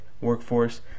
workforce